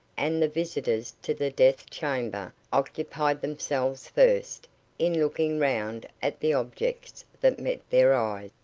and the visitors to the death-chamber occupied themselves first in looking round at the objects that met their eye.